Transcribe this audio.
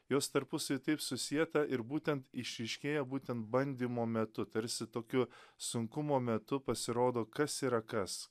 jos tarpusavy taip susieta ir būtent išryškėja būtent bandymo metu tarsi tokiu sunkumo metu pasirodo kas yra kas